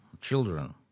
children